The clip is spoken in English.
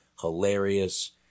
hilarious